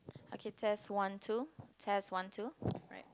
okay test one two test one two right